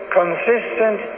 consistent